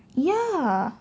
ya